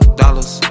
dollars